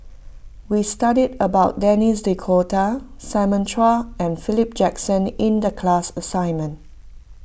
we studied about Denis D'Cotta Simon Chua and Philip Jackson in the class assignment